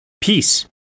peace